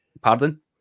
Pardon